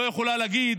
לא יכולה להגיד: